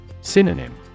Synonym